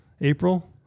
April